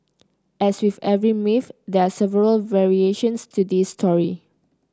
as with every myth there are several variations to this story